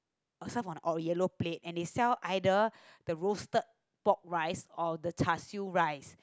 I saved on a yellow plate and they sell either roasted pork rice or the char-siew rice